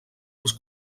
els